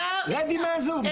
רדי מהזום.